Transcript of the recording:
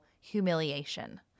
humiliation